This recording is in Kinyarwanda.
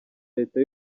leta